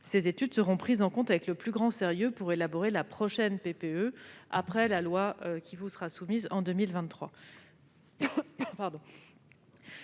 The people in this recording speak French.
Ces études seront prises en compte avec le plus grand sérieux pour élaborer la prochaine PPE, après l'adoption de la loi qui vous sera soumise en 2023.